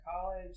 college